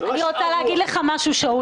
אני רוצה להגיד לך משהו, שאול.